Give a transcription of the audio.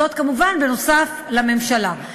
וזאת כמובן נוסף על הממשלה.